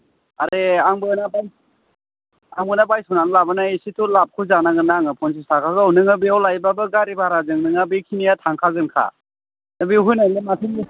आरे आंबो ना बाय आंबो ना बायस'ना लाबोनाय एसेथ' लाबखौ जानांगोन ना आङो पनसास थाखाखौ नोङो बेयाव लायब्लाबो गारि भाराजों नोङो बैखिनिया थांखागोन खा बेयाव होनायनि माथो लस दं